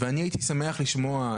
ואני הייתי שמח לשמוע,